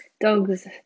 dogs